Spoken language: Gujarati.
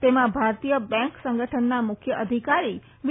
તેમાં ભારતીય બેંક સંગઠનના મુખ્ય અધિકારી વી